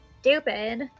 stupid